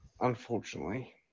unfortunately